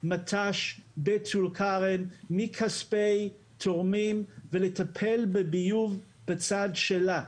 מט"ש בטול כרם מכספי תורמים, ולטפל בביוב בצד שלה.